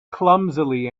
clumsily